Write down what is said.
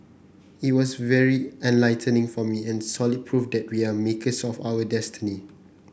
it was very enlightening for me and solid proof that we are makers of our destiny